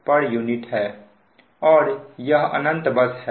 और यह अनंत बस है